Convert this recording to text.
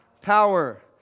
Power